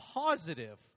positive